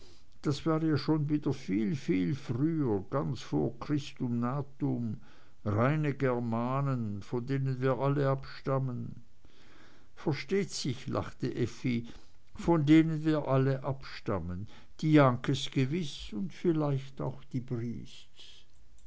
das war ja schon viel viel früher ganz vor christum natum reine germanen von denen wir alle abstammen versteht sich lachte effi von denen wir alle abstammen die jahnkes gewiß und vielleicht auch die briests